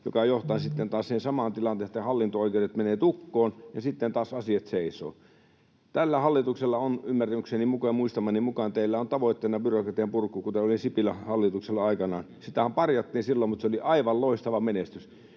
mikä johtaa sitten taas siihen samaan tilanteeseen, että hallinto-oikeudet menevät tukkoon ja sitten taas asiat seisovat. Tällä hallituksella on ymmärrykseni mukaan ja muistamani mukaan tavoitteena byrokratian purku, kuten oli Sipilän hallituksella aikanaan. Sitähän parjattiin silloin, mutta se oli aivan loistava menestys.